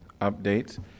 updates